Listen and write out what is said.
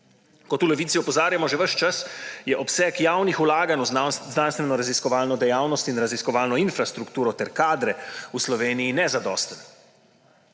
Kot v Levici opozarjamo že ves čas, je obseg javnih vlaganj v znanstvenoraziskovalno dejavnost in raziskovalno infrastrukturo ter kadre v Sloveniji nezadosten.